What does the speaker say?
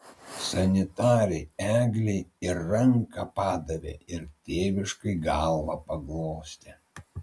sanitarei eglei ir ranką padavė ir tėviškai galvą paglostė